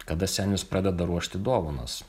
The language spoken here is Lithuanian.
kada senis pradeda ruošti dovanas